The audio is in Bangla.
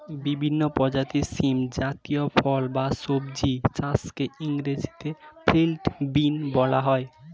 বিভিন্ন প্রজাতির শিম জাতীয় ফল বা সবজি চাষকে ইংরেজিতে ফিল্ড বিন বলা হয়